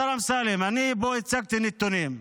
השר אמסלם, אני הצגתי פה נתונים.